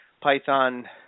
Python